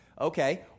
Okay